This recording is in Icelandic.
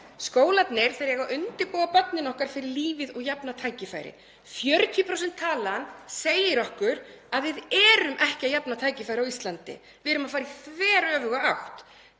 Skólarnir eiga að undirbúa börnin okkar fyrir lífið og jafna tækifæri. 40% talan segir okkur að við erum ekki að jafna tækifæri á Íslandi. Við erum að fara í þveröfuga átt.